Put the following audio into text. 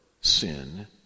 sin